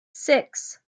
six